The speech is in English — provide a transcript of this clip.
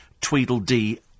Tweedledee